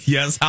Yes